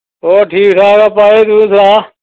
होर ठीक ठाक ऐ भाई तूं सनां